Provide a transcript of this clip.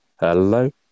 Hello